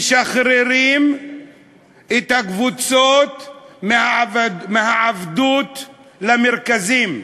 משחררים את הקבוצות מהעבדות למרכזים.